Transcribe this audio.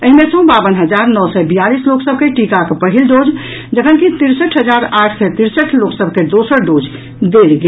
एहि मे सँ बावन हजार नओ सय बियालीस लोक सभ के टीकाक पहिल डोज जखनकि तिरसठि हजार आठ सय तिरसठि लोक सभ के दोसर डोज देल गेल